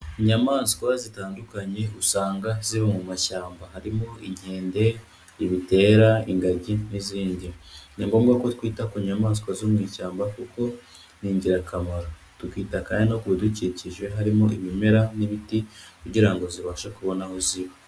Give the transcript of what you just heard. Inyamaswa zitandukanye, usanga ziba mu mashyamba, harimo: inkende, ibitera, ingagi n'izindi, ni ngombwa ko twita ku nyamaswa zo mu ishyamba kuko ni ingirakamaro, tukita kandi no ku bidukikije harimo, ibimera n'ibiti kugira ngo zibashe kubona aho ziba.